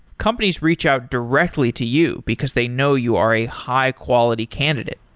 companies reach out directly to you because they know you are a high quality candidate.